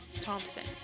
Thompson